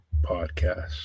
podcast